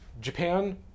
Japan